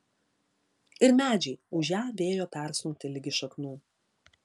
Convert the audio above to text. ir medžiai ūžią vėjo persunkti ligi šaknų